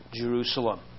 Jerusalem